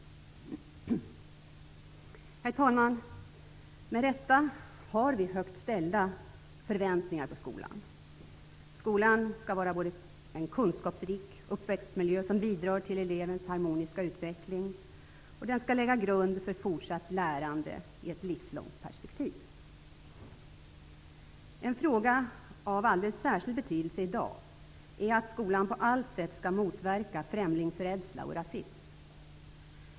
Herr talman! Med rätta har vi högt ställda förväntningar på skolan. Skolan skall vara en kunskapsrik uppväxtmiljö som bidrar till elevens harmoniska utveckling, och den skall lägg grund för fortsatt lärande i ett livslångt perspektiv. En fråga av alldeles särskild betydelse i dag är att skolan på alla sätt skall motverka främlingsrädsla och rasism.